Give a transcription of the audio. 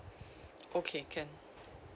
okay can